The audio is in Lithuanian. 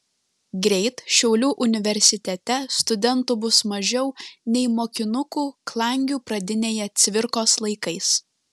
greit šiaulių universitete studentų bus mažiau nei mokinukų klangių pradinėje cvirkos laikais